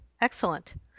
Excellent